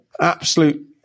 absolute